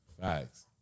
Facts